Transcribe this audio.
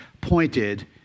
pointed